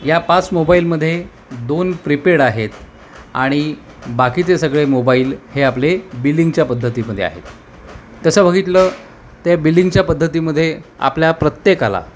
या पाच मोबाईलमध्ये दोन प्रिपेड आहेत आणि बाकीचे सगळे मोबाईल हे आपले बिलिंगच्या पद्धतीमध्ये आहेत तसं बघितलं त्या बिलिंगच्या पद्धतीमध्ये आपल्या प्रत्येकाला